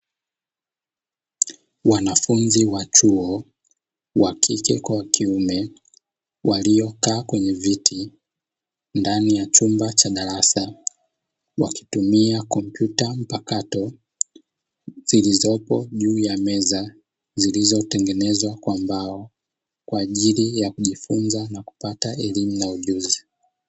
Wanafunzi wa chuo wa kike kwa kiume, waliokaa kwenye viti ndani ya chumba cha darasa, wakitumia kompyuta mpakato zilizopo juu ya meza zilizotengenezwa kwa mbao kwa ajili ya kujifunza na kupata elimu na ujuzi.